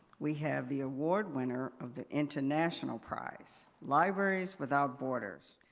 we have the award winner of the international prize, libraries without borders,